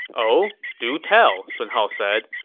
oh? do tell, sun hao said.